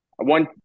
One